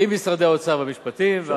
עם משרדי האוצר והמשפטים.